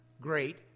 great